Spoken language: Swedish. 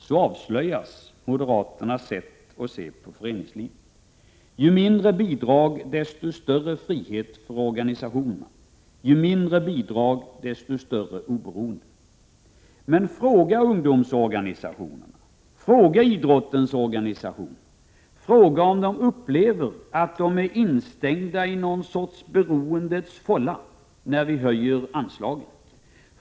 Så avslöjas moderaternas sätt att se på föreningslivet. Ju mindre bidrag, desto större frihet för organisationerna! Ju mindre bidrag, desto större oberoende! Men fråga ungdomsorganisationerna och idrottsorganisationerna om de upplever att de är instängda i något slags beroendets fålla när vi höjer anslagen!